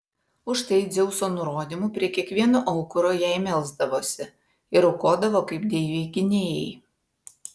už tai dzeuso nurodymu prie kiekvieno aukuro jai melsdavosi ir aukodavo kaip deivei gynėjai